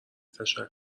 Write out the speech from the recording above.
تشکر